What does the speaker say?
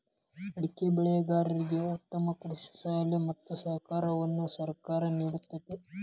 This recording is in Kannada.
ಅಡಿಕೆ ಬೆಳೆಗಾರರಿಗೆ ಉತ್ತಮ ಕೃಷಿ ಸಲಹೆ ಮತ್ತ ಸಹಕಾರವನ್ನು ಸರ್ಕಾರ ನಿಡತೈತಿ